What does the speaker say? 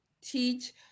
teach